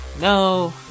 no